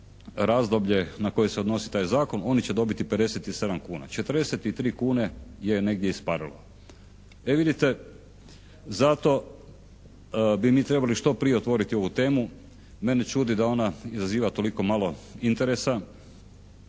razdoblje na koje se odnosi taj zakon oni će dobiti 57 kuna. 43 kune je negdje isparilo. E vidite zato bi mi trebali što prije otvoriti ovu temu. Mene čudi da ona izaziva toliko malo interesa.